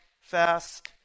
fast